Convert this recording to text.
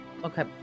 okay